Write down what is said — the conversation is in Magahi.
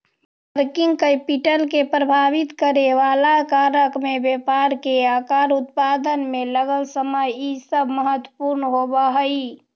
वर्किंग कैपिटल के प्रभावित करेवाला कारक में व्यापार के आकार, उत्पादन में लगल समय इ सब महत्वपूर्ण होव हई